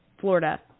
Florida